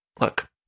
Look